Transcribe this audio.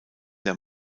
der